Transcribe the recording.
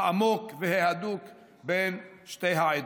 העמוק וההדוק בין שתי העדות.